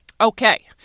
Okay